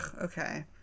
okay